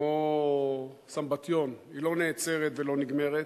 כמו סמבטיון, היא לא נעצרת ולא נגמרת.